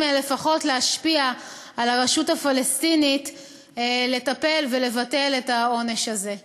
לפחות להשפיע על הרשות הפלסטינית לטפל ולבטל את העונש הזה.